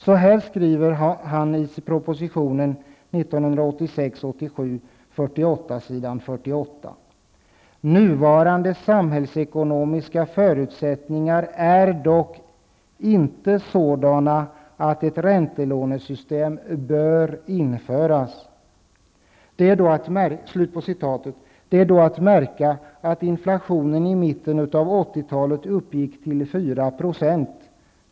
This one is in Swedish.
Så här skriver han i proposition 1986/87:48 på s. 48: ''Nuvarande samhällsekonomiska förutsättningar är dock -- inte sådana att ett räntelånesystem bör införas.'' Det är att märka att inflationen i mitten av 1980-talet uppgick till 4 %.